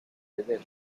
veder